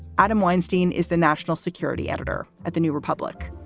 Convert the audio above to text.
adam weinstein is the national security editor at the new republic.